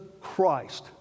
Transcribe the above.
Christ